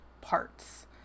parts